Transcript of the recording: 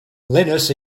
linus